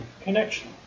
connection